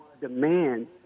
demand